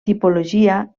tipologia